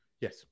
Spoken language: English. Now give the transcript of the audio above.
Yes